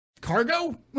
cargo